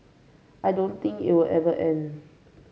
I don't think it'll ever end